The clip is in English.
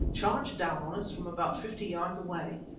charged down on us from about fifty yards away.